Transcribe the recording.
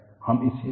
हम इसे देखेंगे